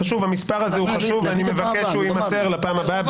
המספר הזה חשוב ואני מבקש שהוא יימסר לפעם הבאה.